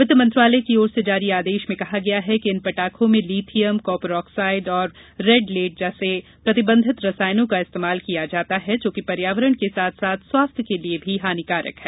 वित्त मंत्रालय की ओर से जारी आदेश में कहा गया है कि इन पटाखों में लीथियम कॉपर आक्साइड और रेडलेड जैसे प्रतिबंधित रसायनों का इस्तेमाल किया जाता है जो कि पर्यावरण के साथ साथ स्वास्थ्य के लिये भी हानिकारक है